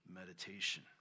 meditation